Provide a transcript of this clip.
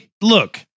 look